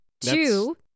two